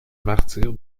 martyre